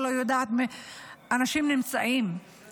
האנשים נמצאים,